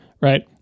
right